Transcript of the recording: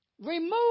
Remove